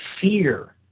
Fear